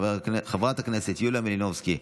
חברת הכנסת יוליה מלינובסקי,